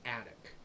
attic